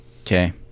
Okay